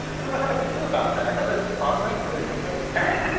i don't know how to feel about that. i know that's progress, but it's kind of sad